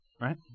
right